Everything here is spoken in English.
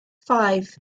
five